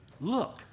look